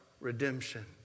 redemption